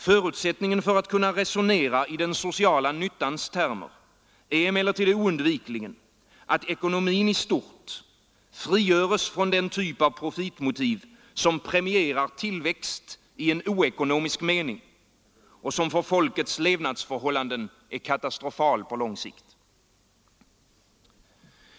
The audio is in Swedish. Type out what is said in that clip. Förutsättningen för att man skall kunna resonera i den sociala nyttans termer är emellertid oundvikligen att ekonomin i stort sett frigöres från den typ av profitmotiv som premierar tillväxt i en ockonomisk mening och som för folkets levnadsförhållanden är katastrofal på lång sikt.